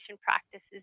practices